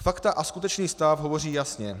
Fakta a skutečný stav hovoří jasně.